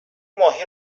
ماهی